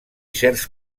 certs